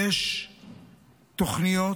יש תוכניות